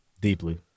Deeply